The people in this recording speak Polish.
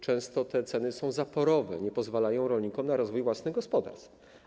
Często te ceny są zaporowe, nie pozwalają rolnikom na rozwój własnych gospodarstw.